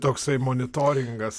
toksai monitoringas